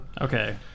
Okay